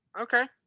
Okay